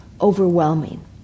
overwhelming